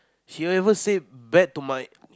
she will even said bad to my